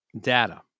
data